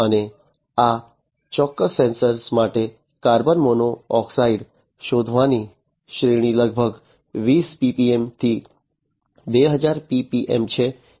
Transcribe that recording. અને આ ચોક્કસ સેન્સર માટે કાર્બન મોનોક્સાઇડ શોધવાની શ્રેણી લગભગ 20 ppm થી 2000 ppm છે